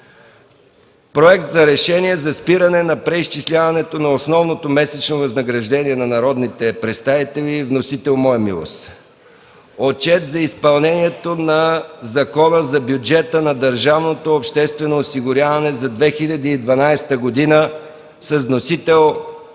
Проект за решение за спиране на преизчисляването на основното месечно възнаграждение на народните представители. Вносител – Михаил Райков Миков. 14. Отчет за изпълнението на Закона за бюджета на Държавното обществено осигуряване за 2012 г. Вносител –